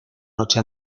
noche